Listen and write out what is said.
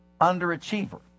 underachiever